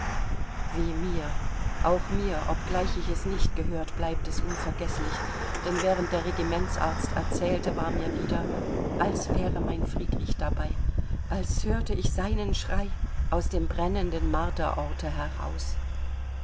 weh mir auch mir obgleich ich es nicht gehört bleibt es unvergeßlich denn während der regimentsarzt erzählte war mir wieder als wäre mein friedrich dabei als hörte ich seinen schrei aus dem brennenden marterorte heraus